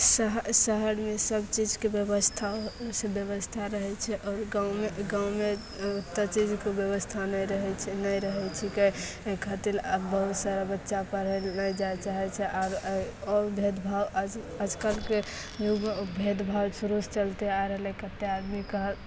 शहर शहरमे सबचीजके ब्यवस्था होइत छै ब्यवस्था रहै छै आओर गाँवमे गाँवमे ओतऽ चीजके ब्यवस्था नहि रहैत छै नहि रहै छिकै ओहि खातिर आब बहुत सारा बच्चा पढ़ै लए नहि जाए चाहैत छै आर आओर भेदभाव अभी अजकलके भेदभाव शुरुसे चलते आ रहलै कतेक आदमी कहल